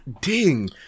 ding